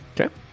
Okay